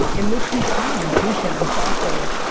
it makes me calm and patient, and thoughtful,